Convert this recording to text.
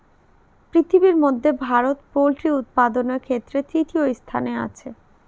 পৃথিবীর মধ্যে ভারত পোল্ট্রি উৎপাদনের ক্ষেত্রে তৃতীয় স্থানে আছে